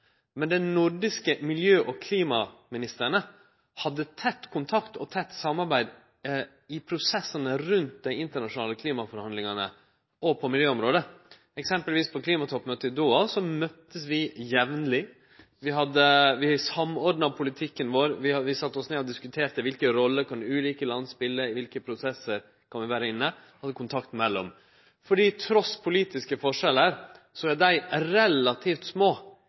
men dei nordiske miljø- og klimaministrane hadde tett kontakt og tett samarbeid i prosessane rundt dei internasjonale klimaforhandlingane òg på miljøområdet. Eksempelvis på klimatoppmøtet i Doha møttest vi jamleg. Vi samordna politikken vår, vi sette oss ned og diskuterte kva for rolle ulike land kan spele, og i kva for prosessar vi kan vere inne – og hadde kontakt oss imellom. For trass i politiske forskjellar mellom dei nordiske landa er forskjellane relativt små,